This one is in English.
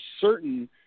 certain